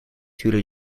jullie